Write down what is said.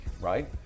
right